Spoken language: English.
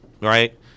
right